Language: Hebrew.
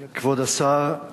כבוד השר,